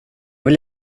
vill